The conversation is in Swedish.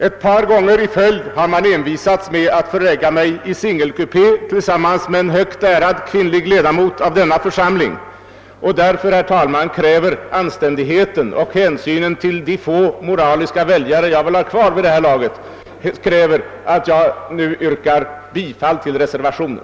Ett par gånger i följd har man envisats med att förlägga mig i singelkupé tillsammans med en högt ärad kvinnlig ledamot av denna församling och därför, herr talman, kräver anständigheten och hänsynen till de vid det här laget få moraliska väljare, som jag kan ha kvar, att jag nu yrkar bifall till reservationen.